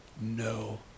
No